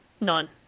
None